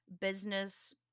business